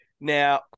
Now